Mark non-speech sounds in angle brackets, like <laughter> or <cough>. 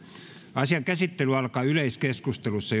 asian käsittely alkaa yleiskeskustelulla <unintelligible>